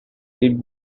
did